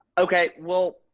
okay, well,